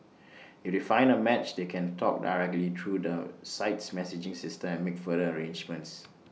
if they find A match they can talk directly through the site's messaging system and make further arrangements